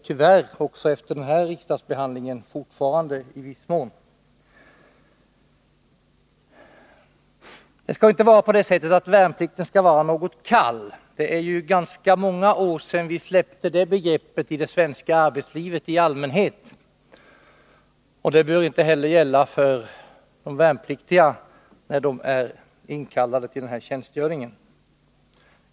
Tyvärr kommer de i viss mån Värnplikten skall inte vara ett kall. Det är ganska många år sedan vi Onsdagen den släppte det begreppet i det svenska arbetslivet i allmänhet. Det börinte heller 4 maj 1983 gälla för de värnpliktiga när de är inkallade för denna tjänstgöring.